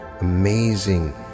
amazing